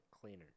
cleaner